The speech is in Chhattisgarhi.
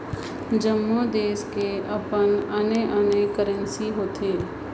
जम्मो देस कर अपन आने आने करेंसी होथे